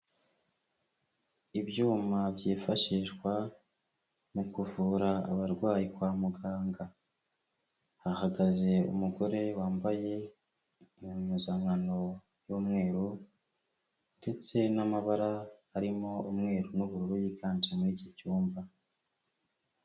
Ibyuma byifashishwa mu kuvura abarwayi kwa muganga, hahagaze umugore wambaye impuzankano y'umweru ndetse n'amabara arimo umweru n'ubururu, yiganje muri iki cyumba.